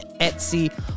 Etsy